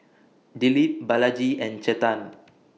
Dilip Balaji and Chetan